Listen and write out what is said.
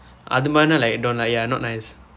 அது மாதிரினா:athu maathirinaa like don't lah ya not nice